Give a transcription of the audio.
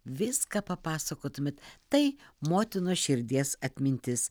viską papasakotumėt tai motinos širdies atmintis